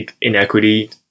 inequity